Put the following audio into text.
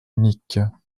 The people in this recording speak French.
unique